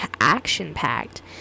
action-packed